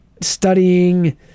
studying